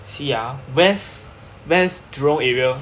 see ah west west jurong area